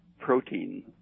protein